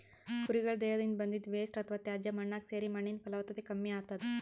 ಕುರಿಗಳ್ ದೇಹದಿಂದ್ ಬಂದಿದ್ದ್ ವೇಸ್ಟ್ ಅಥವಾ ತ್ಯಾಜ್ಯ ಮಣ್ಣಾಗ್ ಸೇರಿ ಮಣ್ಣಿನ್ ಫಲವತ್ತತೆ ಕಮ್ಮಿ ಆತದ್